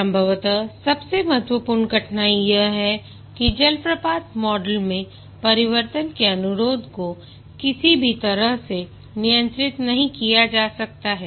संभवतः सबसे महत्वपूर्ण कठिनाई यह है कि जलप्रपात मॉडल में परिवर्तन के अनुरोध को किसी भी तरह से नियंत्रित नहीं किया जा सकता है